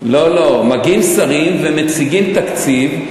מגיעים שרים ומציגים תקציב,